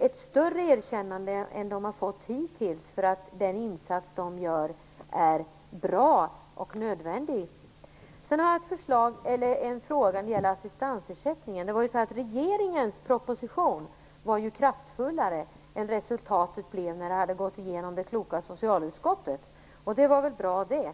ett större erkännande än de har fått hittills för att den insats de gör är bra och nödvändig? Sedan har jag en fråga när det gäller assistansersättningen. Skrivningen i regeringens proposition var ju kraftfullare än vad som blev resultatet när förslaget hade gått igenom det kloka socialutskottet. Det var väl bra det.